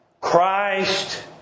Christ